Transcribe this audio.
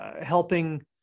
helping